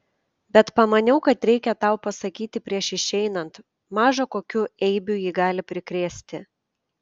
bet pamaniau kad reikia tau pasakyti prieš išeinant maža kokių eibių ji gali prikrėsti